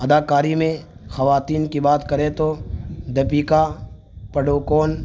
ادا کاری میں خواتین کی بات کریں تو دپیکا پادوکون